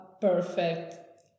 perfect